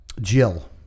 Jill